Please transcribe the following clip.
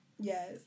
Yes